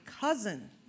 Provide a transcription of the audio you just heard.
cousin